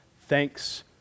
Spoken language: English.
Thanks